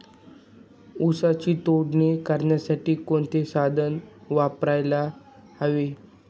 ऊसाची तोडणी करण्यासाठी कोणते साधन वापरायला हवे?